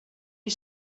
you